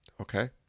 Okay